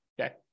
Okay